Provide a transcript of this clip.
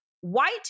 white